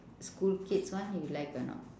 school kids one you like or not